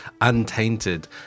untainted